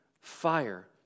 fire